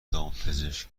دامپزشک